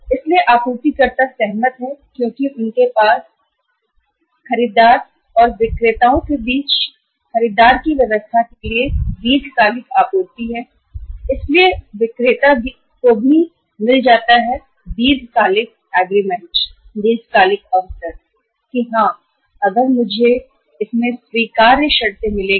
इसलिए आपूर्तिकर्ता सहमत हो जाता है क्योंकि उसके पास खरीदार के साथ दीर्घकालिक आपूर्ति की व्यवस्था है यह व्यवस्था खरीदार और विक्रेता के बीच में भी है इसलिए विक्रेता को भी दीर्घकालिक समझौते का अवसर मिल जाता है वह सोचता है मुझे इस समझौते में स्वीकार करने योग्य शर्तें मिलेंगी